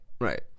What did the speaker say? right